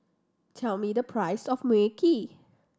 tell me the price of Mui Kee